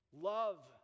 love